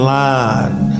line